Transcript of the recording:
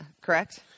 Correct